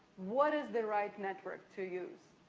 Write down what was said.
what is the right network to use?